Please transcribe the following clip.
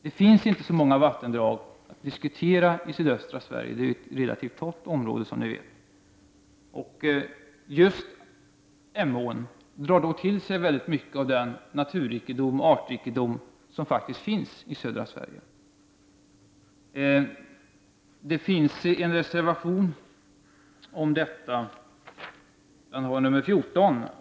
Det finns inte så många vattendrag i sydöstra Sverige. Det är, som ni känner till, ett relativt torrt område. Emån drar då till sig väldigt mycket av den naturrikedom och artrikedom som finns i södra Sverige. Det finns en reservation om detta, nämligen reservation nr 14.